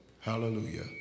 Hallelujah